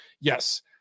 Yes